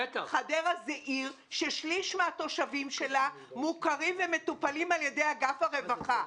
חדרה היא עיר ששליש מן התושבים שלה מוכרים ומטופלים על ידי אגף הרווחה.